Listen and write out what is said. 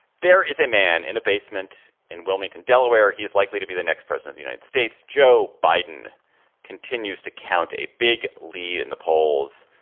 there is a man in a basement in wilmington, delaware. he is likely to be the next president of the united states. joe biden continues to count a big lead in the polls,